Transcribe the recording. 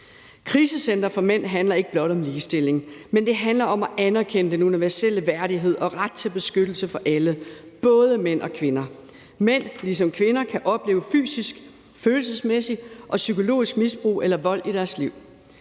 Krisecentre for mænd handler ikke blot om ligestilling; det handler om at anerkende den universelle værdighed og ret til beskyttelse for alle – både mænd og kvinder. Mænd kan ligesom kvinder opleve fysisk, følelsesmæssigt og psykologisk misbrug eller vold i deres liv.